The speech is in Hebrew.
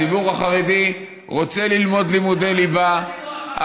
הציבור החרדי רוצה ללמוד לימודי ליבה,